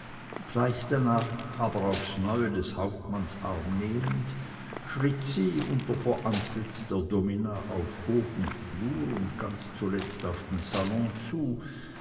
gleich danach aber aufs neue des hauptmanns arm nehmend schritt sie unter vorantritt der domina auf hof und flur und ganz zuletzt auf den salon zu